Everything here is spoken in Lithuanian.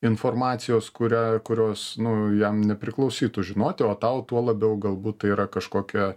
informacijos kurią kurios nu jam nepriklausytų žinoti o tau tuo labiau galbūt tai yra kažkokia